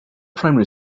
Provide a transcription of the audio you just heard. primary